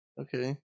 Okay